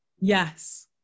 Yes